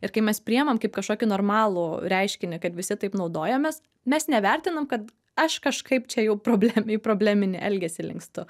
ir kai mes priimam kaip kažkokį normalų reiškinį kad visi taip naudojamės mes nevertinam kad aš kažkaip čia jau problem į probleminį elgesį linkstu